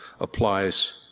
applies